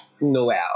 Noel